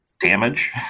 damage